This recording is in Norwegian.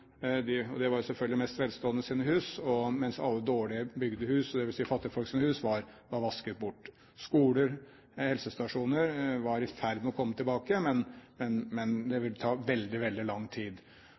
og det var jo selvfølgelig de mest velståendes hus – mens alle dårlig bygde hus, dvs. fattigfolks hus, var vasket bort. Skoler og helsestasjoner var i ferd med å komme tilbake, men det vil ta veldig, veldig lang tid. Det